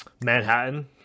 Manhattan